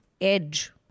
edge